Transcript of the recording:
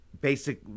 basic